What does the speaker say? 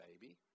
baby